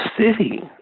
city